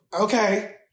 Okay